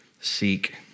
seek